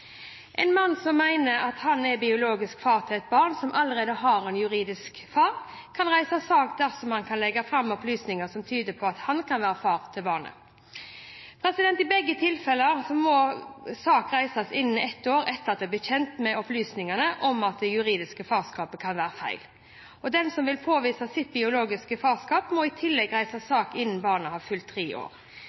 En mann som mener at han er biologisk far til et barn som allerede har en juridisk far, kan reise sak dersom han kan legge fram opplysninger som tyder på at han kan være far til barnet. I begge tilfellene må sak reises innen ett år etter at de ble kjent med opplysningene om at det juridiske farskapet kan være feil. Den som vil påvise sitt biologiske farskap, må i tillegg reise sak innen barnet har fylt tre år.